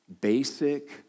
basic